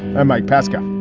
i'm mike pesca.